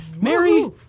Mary